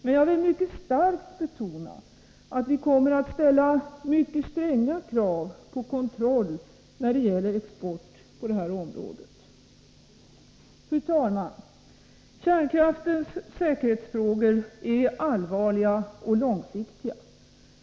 Men jag vill mycket starkt betona att vi kommer att ställa mycket stränga krav på kontroll när det gäller export på detta område. Fru talman! Kärnkraftens säkerhetsfrågor är allvarliga och långsiktiga.